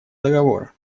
договора